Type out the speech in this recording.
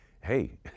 hey